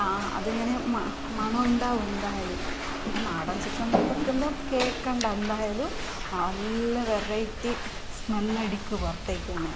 ആ അതിങ്ങനെ മ മണമുണ്ടാകും എന്തായാലും പിന്നെ നാടൻ ചിക്കൻ വെക്കുമ്പോൾ കേക്കണ്ട എന്തായാലും നല്ല വെറൈറ്റി സ്മെൽ അടിക്കുവ പുറത്തേക്ക് ഇങ്ങനെ